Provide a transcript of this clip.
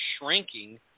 shrinking